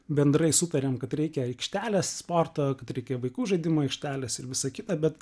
bendrai sutariam kad reikia aikštelės sporto kad reikia vaikų žaidimų aikštelės ir visa kita bet